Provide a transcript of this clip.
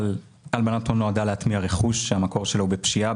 הלבנת הון נועדה להטמיע רכוש שהמקור שלו הוא בפשיעה,